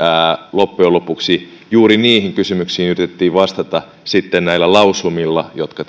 loppujen lopuksi juuri niihin kysymyksiin yritettiin vastata sitten näillä lausumilla jotka